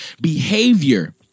Behavior